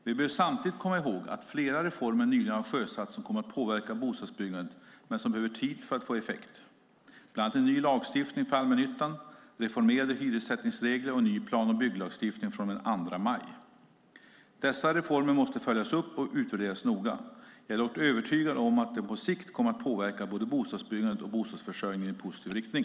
Vi bör samtidigt komma ihåg att flera reformer nyligen har sjösatts som kommer att påverka bostadsbyggandet men som behöver tid för att få effekt, bland annat en ny lagstiftning för allmännyttan, reformerade hyressättningsregler och en ny plan och bygglagstiftning från och med den 2 maj. Dessa reformer måste följas upp och utvärderas noga. Jag är dock övertygad om att de på sikt kommer att påverka både bostadsbyggandet och bostadsförsörjningen i positiv riktning.